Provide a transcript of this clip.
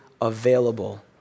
available